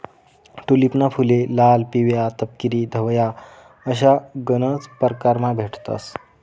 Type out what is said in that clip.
टूलिपना फुले लाल, पिवया, तपकिरी, धवया अशा गनज परकारमा भेटतंस